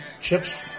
Chip's